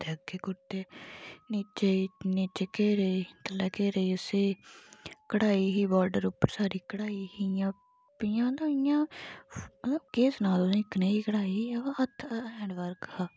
ते अग्गें कुरते गी नीचे गी नीचे घेरे गी थल्लै घेरे गी उस्सी कढाई ही बाडर उप्पर सारी कढाई ही इ'यां इ'यां मतलब इ'यां मतलब केह् सनां तुसें कनेही कढाई ही अ बा हत्थ हैंड बर्क हा